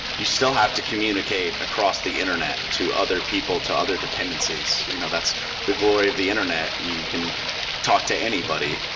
you still have to communicate across the internet to other people, to other dependencies. you know that's the glory of the internet. you can talk to anybody.